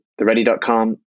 theready.com